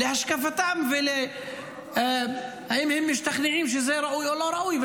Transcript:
להשקפתם ואם הם משתכנעים שזה ראוי או לא ראוי.